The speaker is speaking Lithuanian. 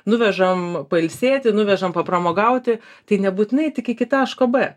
nuvežam pailsėti nuvežam papramogauti tai nebūtinai tik iki taško bė